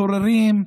סוררים,